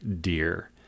dear